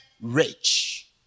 rich